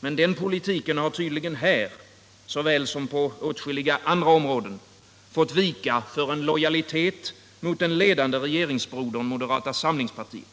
Men den politiken har tydligen här — såväl som på åtskilliga andra områden — fått vika för en lojalitet mot den ledande regeringsbrodern, moderata samlingspartiet.